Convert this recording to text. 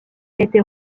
était